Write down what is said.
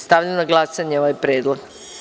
Stavljam na glasanje ovaj predlog.